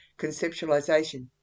conceptualization